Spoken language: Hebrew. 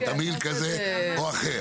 בתמהיל כזה או אחר.